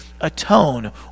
atone